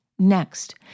Next